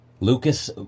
Lucas